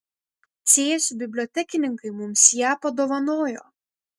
cėsių bibliotekininkai mums ją padovanojo